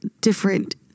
different